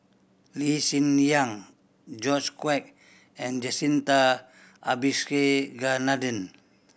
Lee Hsien Yang George Quek and Jacintha Abisheganaden